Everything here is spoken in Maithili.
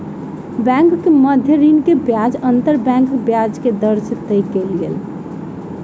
बैंकक मध्य ऋण के ब्याज अंतर बैंक ब्याज के दर से तय कयल गेल